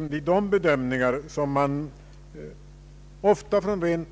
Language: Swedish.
Vid de bedömningar som man ofta gör från rent